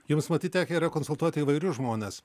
jums matyt tekę yra konsultuoti įvairius žmones